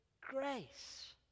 grace